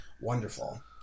Wonderful